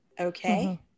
Okay